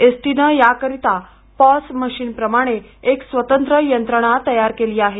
एसटीनं याकरता POS machine प्रमाणे एक स्वतंत्र यंत्रणा तयार केली आहे